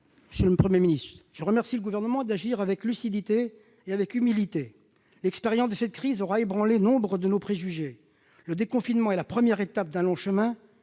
monsieur le Premier ministre, je remercie le Gouvernement d'agir avec lucidité et avec humilité. L'expérience de cette crise aura ébranlé nombre de nos préjugés. Le déconfinement est la première étape d'un long chemin